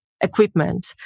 equipment